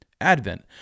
Advent